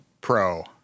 pro